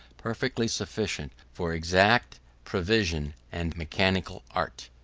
perfectly sufficient for exact prevision and mechanical art.